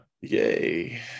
yay